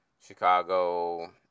Chicago